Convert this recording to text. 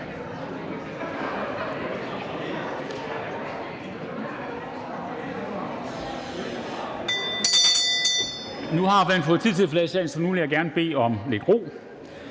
Nu har man fået tid til at forlade salen, så nu vil jeg gerne bede om lidt ro.